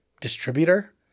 distributor